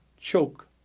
choke